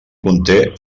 conté